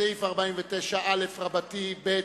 סעיף 49א(ב)